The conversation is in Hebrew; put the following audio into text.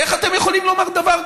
איך אתם יכולים לומר דבר כזה,